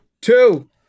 Two